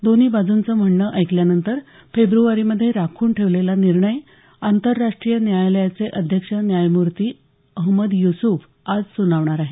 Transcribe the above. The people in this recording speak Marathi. दोन्ही बाजूंचं म्हणणं ऐकल्यानंतर फेब्रुवारीमधे राखून ठेवलेला निर्णय आंतरराष्ट्रीय न्यायालयाचे अध्यक्ष न्यायमूर्ती अहमद युसूफ आज सुनावणार आहेत